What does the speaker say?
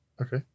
Okay